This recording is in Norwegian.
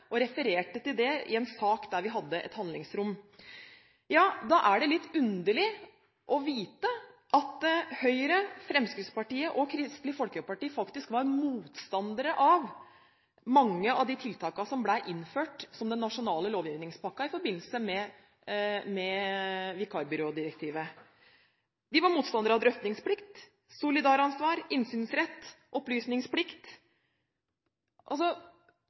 og refererte til det som en sak der vi hadde et handlingsrom. Da er det litt underlig å vite at Høyre, Fremskrittspartiet og Kristelig Folkeparti faktisk var motstandere av mange av de tiltakene som ble innført som den nasjonale lovgivningspakken i forbindelse med vikarbyrådirektivet. De var motstandere av drøftingsplikt, solidaransvar, innsynsrett og opplysningsplikt.